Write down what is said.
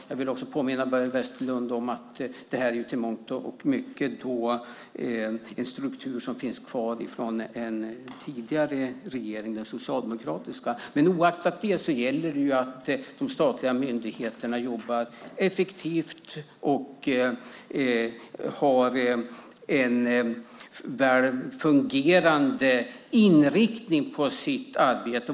Jag vill påminna Börje Vestlund att det till mångt och mycket är en struktur som finns kvar från den tidigare socialdemokratiska regeringen. Oavsett det gäller det att de statliga myndigheterna jobbar effektivt och har en väl fungerande inriktning på sitt arbete.